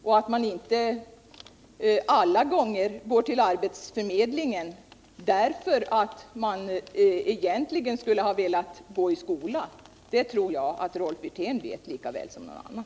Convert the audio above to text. Och att man inte alla gånger går till arbetsförmedlingen därför att man egentligen skulle ha velat gå i skolan, tror jag att Rolf Wirtén vet lika väl som någon annan.